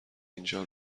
اینجا